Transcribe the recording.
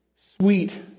Sweet